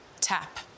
tap